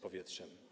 powietrzem.